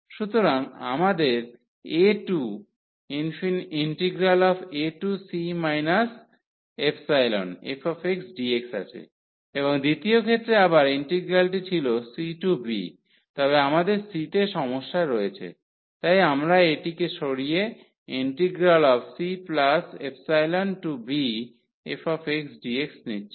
সুতরাং আমাদের a to ac εfxdx আছে এবং দ্বিতীয় ক্ষেত্রে আবার ইন্টিগ্রালটি ছিল c টু b তবে আমাদের c তে সমস্যা রয়েছে তাই আমরা এটিকে সরিয়ে cεbfxdx নিচ্ছি